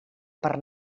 per